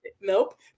Nope